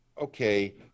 okay